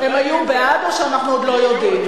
הם היו בעד, או שאנחנו עוד לא יודעים?